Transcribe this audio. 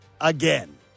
again